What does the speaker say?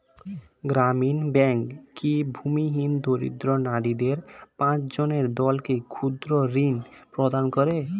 গ্রামীণ ব্যাংক কি ভূমিহীন দরিদ্র নারীদের পাঁচজনের দলকে ক্ষুদ্রঋণ প্রদান করে?